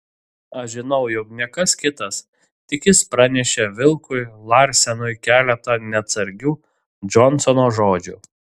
aš žinau jog ne kas kitas tik jis pranešė vilkui larsenui keletą neatsargių džonsono žodžių